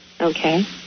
Okay